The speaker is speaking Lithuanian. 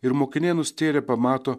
ir mokiniai nustėrę pamato